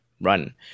run